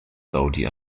saudi